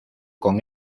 con